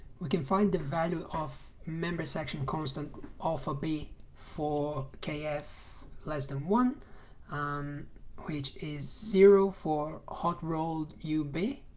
we can find the value of member section constant alpha b for kf less than one um which is zero for hot rolled u b